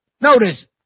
Notice